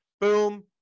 Boom